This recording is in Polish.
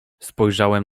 spojrzałem